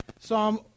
Psalm